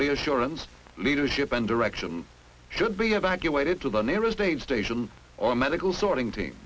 reassurance leadership and direction should be evacuated to the nearest aid station or medical sorting team